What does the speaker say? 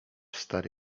stary